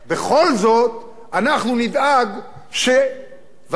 בכל זאת אנחנו נדאג שוועדת-טרכטנברג,